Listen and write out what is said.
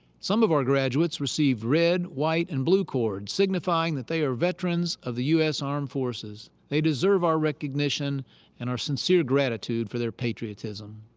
some of our graduates receive red, white, and blue cords, signifying that they are veterans of the us armed forces. they deserve our recognition and our sincere gratitude for their patriotism.